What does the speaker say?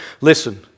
listen